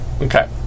Okay